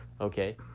okay